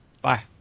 Bye